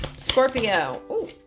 Scorpio